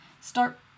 Start